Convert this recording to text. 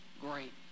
great